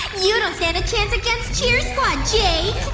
you don't stand a chance against cheer squad, jake!